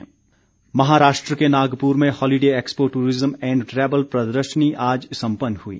प्रदर्शनी महाराष्ट्र के नागपुर में holiday expo tourism and travel प्रदर्शनी आज सम्पन्न हुई